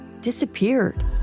disappeared